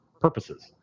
purposes